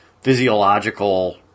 physiological